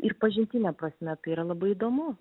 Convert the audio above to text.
ir pažintine prasme tai yra labai įdomu